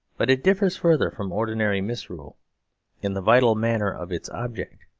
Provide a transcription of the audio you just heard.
but it differs further from ordinary misrule in the vital matter of its object.